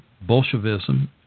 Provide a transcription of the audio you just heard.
Bolshevism